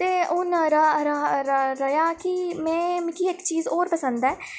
ते हून रा रा रा रेहा कि में मिकी इक चीज होर पसंद ऐ कि